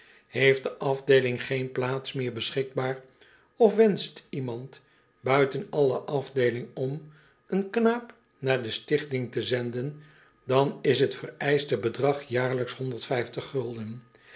heeft de afdeeling geen plaats meer beschikbaar of wenscht iemand buiten alle afdeeling om een knaap naar de stichting te zenden dan is t vereischte bedrag jaarlijks